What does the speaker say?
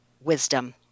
wisdom